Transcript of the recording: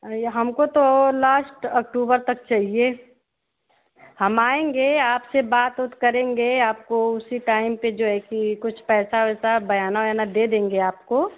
हमको तो लास्ट अकटुबर तक चाहिए हम आएंगे आपसे बात उत करेंगे आपको उसी टाइम पर जो है कि कुछ पैसा वैसा बयाना वयाना दे देंगे आपको